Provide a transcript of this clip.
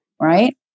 right